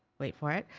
wait for it,